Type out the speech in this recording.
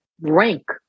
rank